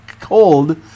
cold